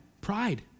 Pride